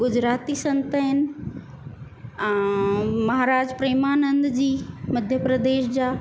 गुजराती संत आहिनि महाराज प्रेमानंद जी मध्य प्रदेश जा